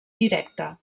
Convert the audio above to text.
directa